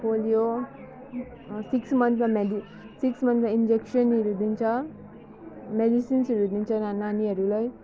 polio six मन्थमा मेदी six मन्थमा इन्जेक्सन्सहरू दिन्छ मेडिसिन्सहरू दिन्छ ना नानीहरूलाई